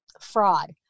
fraud